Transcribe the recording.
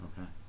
Okay